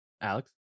Alex